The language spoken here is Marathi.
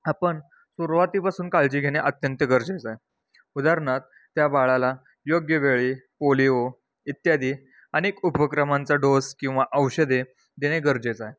आपण सुरवातीपासून काळजी घेणे अत्यंत गरजेचं आहे उदाहरणार्थ त्या बाळाला योग्य वेळी पोलिओ इत्यादी अनेक उपक्रमांचा डोस किंवा औषधे देणे गरजेचं आहे